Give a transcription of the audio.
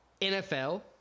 NFL